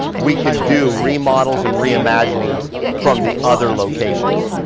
we can do remodels and re imaginings from the other locations.